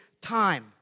time